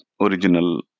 original